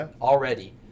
already